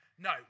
No